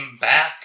back